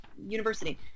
University